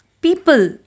people